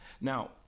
Now